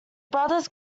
brothers